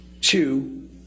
Two